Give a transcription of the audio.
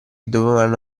dovevano